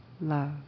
love